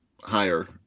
higher